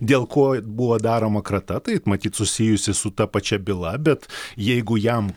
dėl ko buvo daroma krata tai matyt susijusi su ta pačia byla bet jeigu jam